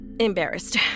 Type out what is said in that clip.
Embarrassed